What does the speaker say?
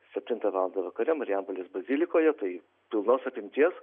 septintą valandą vakare marijampolės bazilikoje tai pilnos apimties